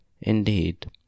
indeed